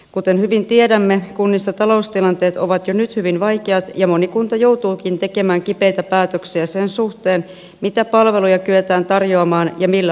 kuten hyvin tiedämme kunnissa taloustilanteet ovat jo nyt hyvin vaikeat ja moni kunta joutuukin tekemään kipeitä päätöksiä sen suhteen mitä palveluja kyetään tarjoamaan ja millä laadulla